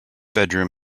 bedroom